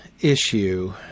issue